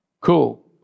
Cool